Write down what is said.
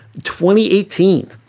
2018